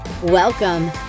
Welcome